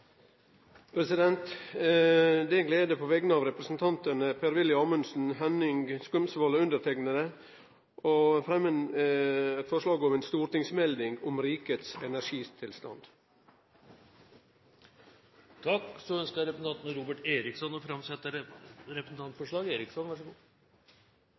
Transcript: Det er ei glede på vegner av representantane Per-Willy Amundsen, Henning Skumsvoll og meg sjølv å fremje forslag om ei stortingsmelding om rikets energitilstand. Representanten Robert Eriksson vil framsette